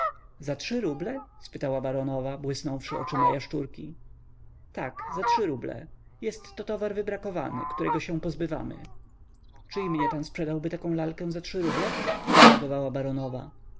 za trzy ruble spytała baronowa błysnąwszy oczyma jaszczurki tak za trzy ruble jest to towar wybrakowany którego się pozbywamy czy i mnie pan sprzedałby taką lalkę za trzy ruble indagowała baronowa